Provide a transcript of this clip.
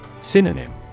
Synonym